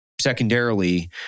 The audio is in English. secondarily